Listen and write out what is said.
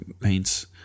paints